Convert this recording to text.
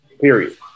Period